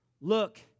look